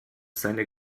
seine